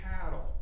cattle